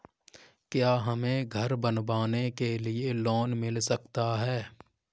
क्या हमें घर बनवाने के लिए लोन मिल सकता है?